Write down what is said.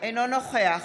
אינו נוכח